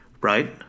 Right